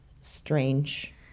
strange